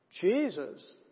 Jesus